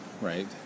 right